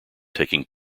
taking